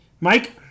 Mike